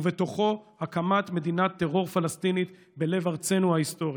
ובתוכו הקמת מדינת טרור פלסטינית בלב ארצנו ההיסטורית.